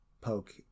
poke